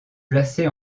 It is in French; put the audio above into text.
placée